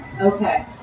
okay